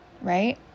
right